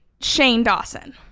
shane dawson.